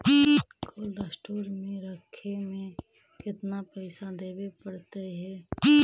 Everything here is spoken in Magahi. कोल्ड स्टोर में रखे में केतना पैसा देवे पड़तै है?